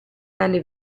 tale